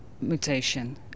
mutation